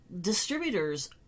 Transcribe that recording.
distributors